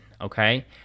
Okay